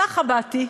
ככה באתי,